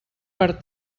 per